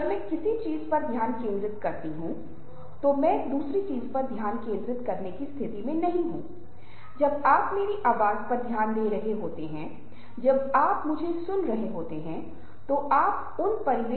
हम सभी के पास दूसरों के साथ संवाद करने और बातचीत करने का एक विशेष तरीका है लेकिन दो लोगों के समान संचार पैटर्न नहीं हो सकते हैं हर एक का बात करने का अपना तरीका है